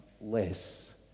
less